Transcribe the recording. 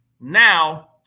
Now